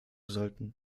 sollten